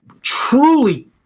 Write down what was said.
truly